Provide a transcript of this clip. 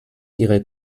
ihre